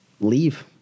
leave